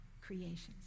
creations